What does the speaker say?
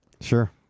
Sure